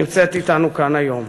הנמצאת אתנו כאן היום.